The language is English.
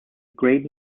great